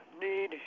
need